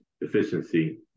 efficiency